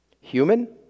human